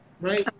Right